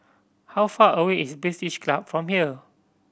how far away is British Club from here